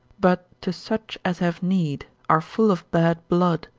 but to such as have need, are full of bad blood,